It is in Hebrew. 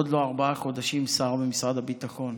עוד לא ארבעה חודשים שר במשרד הביטחון